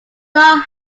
long